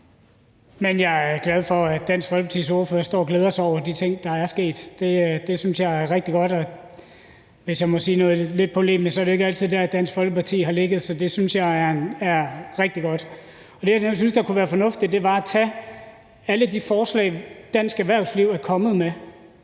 Dansk Folkepartis ordfører står og glæder sig over de ting, der er sket. Det synes jeg er rigtig godt, og – hvis jeg må sige noget lidt polemisk – det er jo ikke altid der, Dansk Folkeparti altid har ligget, så det synes jeg er rigtig godt. Det, jeg netop synes kunne være fornuftigt, var at tage alle de forslag, dansk erhvervsliv er kommet med,